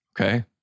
Okay